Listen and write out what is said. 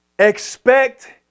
Expect